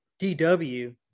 DW